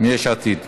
מיש עתיד.